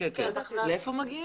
לאן מגיעים?